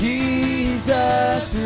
Jesus